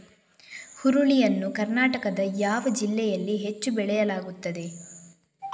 ಹುರುಳಿ ಯನ್ನು ಕರ್ನಾಟಕದ ಯಾವ ಜಿಲ್ಲೆಯಲ್ಲಿ ಹೆಚ್ಚು ಬೆಳೆಯಲಾಗುತ್ತದೆ?